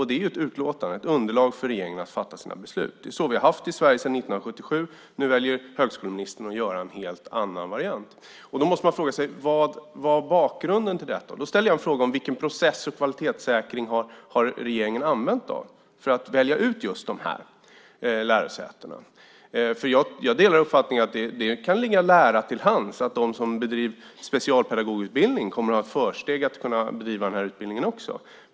De är ju ett underlag för regeringen när den ska fatta sina beslut. Det är så vi har haft det i Sverige sedan 1977. Nu väljer högskoleministern att göra en helt annan variant. Man måste fråga sig vad som var bakgrunden till detta. Då ställer jag en fråga om vilken process och kvalitetssäkring som regeringen har använt för att välja ut just de här lärosätena. Jag delar uppfattningen att det kan ligga nära till hands att de som bedriver specialpedagogutbildning kommer att ha försteg när det gäller att bedriva den här utbildningen också.